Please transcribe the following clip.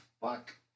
fuck